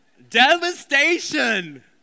Devastation